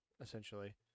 essentially